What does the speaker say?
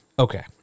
Okay